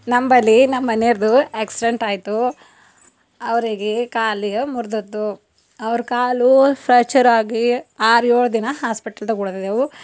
ನಮ್ಮ ಬಳಿ ನಮ್ಮ ಮನೆಯವರ್ದು ಆಕ್ಸಿಡೆಂಟಾಯಿತು ಅವರಿಗೆ ಕಾಲು ಮುರ್ದೋಯ್ತು ಅವರು ಕಾಲು ಫ್ರ್ಯಾಕ್ಚರಾಗಿ ಆರು ಏಳು ದಿನ ಹಾಸ್ಪಿಟಲ್ದಾಗ ಉಳಿದಿದೆವು